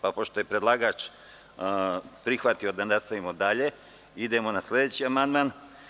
Pošto je predlagač prihvatio da nastavimo dalje, idemo na sledeći amandman.